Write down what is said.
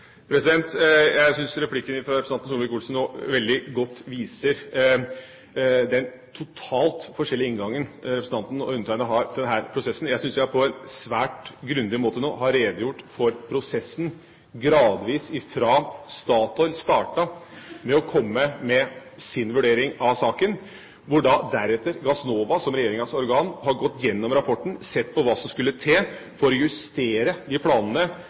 Jeg syns replikken fra representanten Solvik-Olsen nå veldig godt viser den totalt forskjellige inngangen representanten og undertegnede har til denne prosessen. Jeg syns jeg på en svært grundig måte nå har redegjort for prosessen gradvis fra Statoil startet med å komme med sin vurdering av saken, til Gassnova deretter som regjeringas organ har gått gjennom rapporten og sett på hva som skulle til for å justere de planene